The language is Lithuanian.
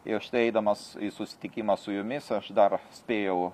ir štai eidamas į susitikimą su jumis aš dar spėjau